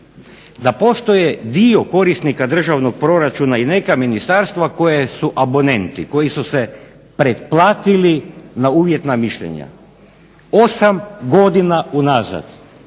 da postoje dio korisnika državnog proračuna i neka ministarstva koja su abonenti, koja su se pretplatili na uvjetna mišljenja. 8 godina unazad